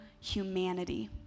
humanity